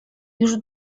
już